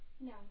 No